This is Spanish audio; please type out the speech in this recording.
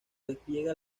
despliega